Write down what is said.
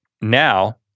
Now